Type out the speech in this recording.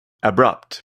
abrupt